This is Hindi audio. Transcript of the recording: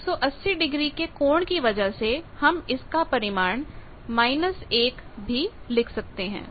180 डिग्री के कोण की वजह से हम इसकापरिमाण 1 भी लिख सकते हैं